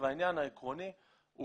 והעניין העקרוני הוא